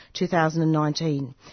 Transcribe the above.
2019